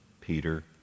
Peter